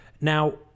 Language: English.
Now